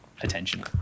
attention